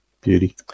Beauty